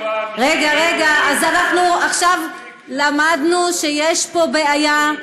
עכשיו למדנו שיש בעיה,